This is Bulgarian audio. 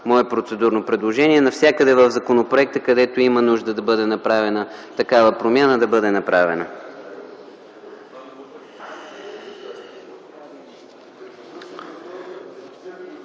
мое процедурно предложение – навсякъде в законопроекта, където има нужда да бъде направена такава промяна,